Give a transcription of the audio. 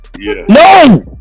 No